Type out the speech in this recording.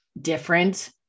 different